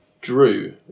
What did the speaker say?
Drew